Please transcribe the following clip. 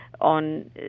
on